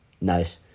Nice